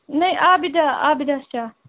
نہ عابِدہ عابِدہ شاہ